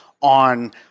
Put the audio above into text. on